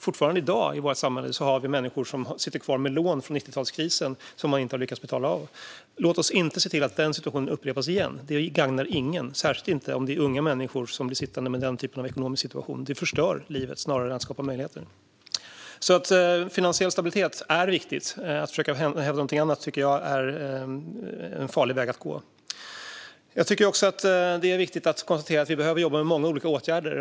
Fortfarande i dag i vårt samhälle har vi människor som sitter kvar med lån från 90-talskrisen som de inte har lyckats betala av. Låt oss se till att den situationen inte upprepas. Det gagnar ingen, särskilt inte om det är unga människor som blir sittande med den typen av ekonomisk situation. Det förstör livet snarare än skapar möjligheter. Finansiell stabilitet är alltså viktigt. Att försöka hävda något annat tycker jag är en farlig väg att gå. Det är viktigt att konstatera att vi behöver jobba med många olika åtgärder.